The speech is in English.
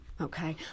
Okay